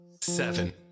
seven